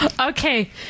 Okay